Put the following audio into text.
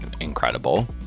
Incredible